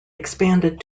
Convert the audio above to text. expanded